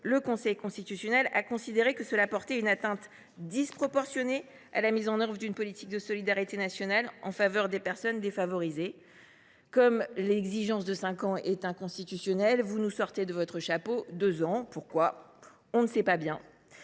le Conseil constitutionnel a considéré que cela portait une atteinte disproportionnée à la mise en œuvre d’une politique de solidarité nationale en faveur des personnes défavorisées. L’exigence de cinq ans de résidence étant donc inconstitutionnelle, vous nous sortez de votre chapeau une durée de deux ans. Pourquoi ? On ne sait pas bien…